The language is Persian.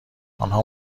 آنها